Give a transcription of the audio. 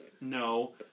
no